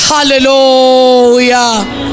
Hallelujah